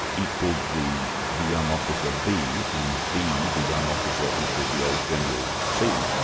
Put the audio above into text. equalled the the young officer, b, and b, the young officer equalled the old general, c,